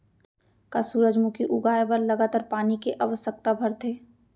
का सूरजमुखी उगाए बर लगातार पानी के आवश्यकता भरथे?